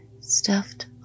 Stuffed